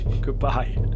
goodbye